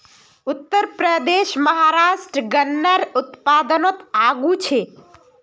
उत्तरप्रदेश, महाराष्ट्र गन्नार उत्पादनोत आगू छे